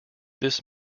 this